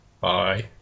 Bye